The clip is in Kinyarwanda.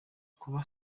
kukuba